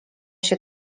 się